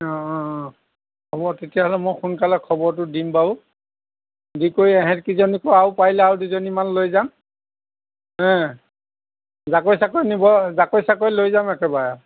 হ'ব তেতিয়াহ'লে মই সোনকালে খবৰতো দিম বাৰু যি কেই ইহঁতকেইজনীকো আৰু পাৰিলে আৰু দুজনীমান লৈ যাম হা জাকৈ তাকৈ নিব জাকৈ চাকৈ লৈ যাম একেবাৰে